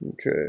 Okay